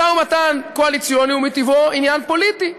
משא-ומתן קואליציוני הוא מטיבו עניין פוליטי,